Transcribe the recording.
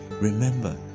Remember